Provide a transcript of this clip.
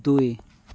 ଦୁଇ